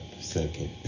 second